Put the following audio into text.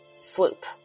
swoop